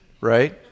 right